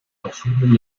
verschiedenen